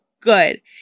good